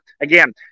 again